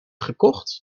gekocht